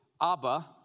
Abba